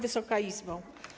Wysoka Izbo!